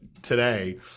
today